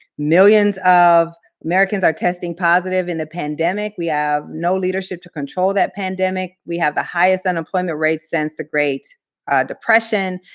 millions of americans are testing positive in the pandemic. we have no leadership to control that pandemic. we have the highest unemployment rate since the great depression.